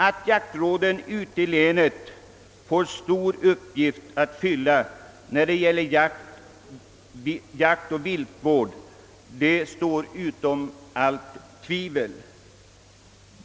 Att jaktråden ute i länen får en stor uppgift att fylla när det gäller jakt-, viltoch naturvården står utom allt tvivel.